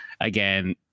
again